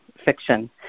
fiction